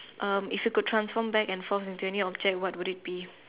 um if you could transform back and form into any objects what would it be